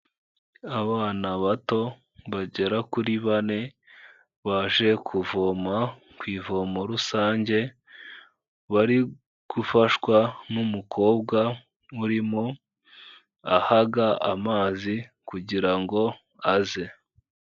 Abana bato bagera kuri bane, baje kuvoma ku ivomo rusange, bari gufashwa n'umukobwa urimo ahaga amazi kugira ngo aze.